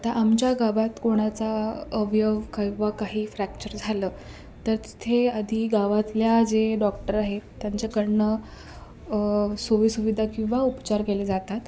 आता आमच्या गावात कोणाचा अवयव किंवा काही फ्रॅक्चर झालं तर तिथे आधी गावातल्या जे डॉक्टर आहे त्यांच्याकडनं सोयसुविधा किंवा उपचार केले जातात